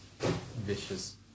Vicious